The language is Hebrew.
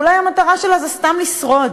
אולי המטרה שלה זה סתם לשרוד,